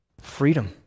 freedom